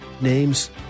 names